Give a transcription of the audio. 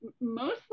Mostly